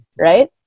Right